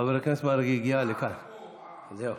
חבר הכנסת מרגי הגיע לכאן, זהו.